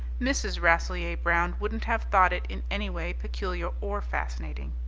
mrs. rasselyer-brown wouldn't have thought it in any way peculiar or fascinating.